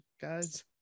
guys